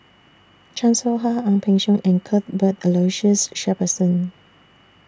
Chan Soh Ha Ang Peng Siong and Cuthbert Aloysius Shepherdson